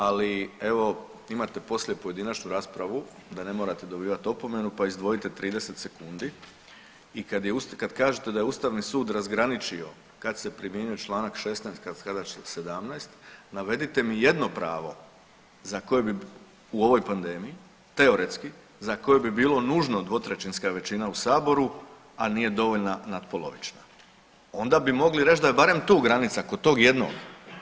Ali evo imate poslije pojedinačnu raspravu da ne morate dobivat opomenu pa izdvojite 30 sekundi i kad kažete da je ustavni sud razgraničio kad se primjenjuje čl. 16. kad 17. navedite mi jedno pravo za koje bi u ovoj pandemiji teoretski za koju bi bilo nužno dvotrećinska većina u saboru, a nije dovoljna natpolovična, onda bi mogli reći da je barem tu granica kod tog jednog.